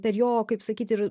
per jo kaip sakyt ir